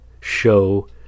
show